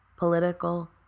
political